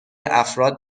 افراد